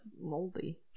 Moldy